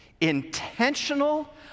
intentional